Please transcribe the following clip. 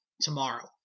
tomorrow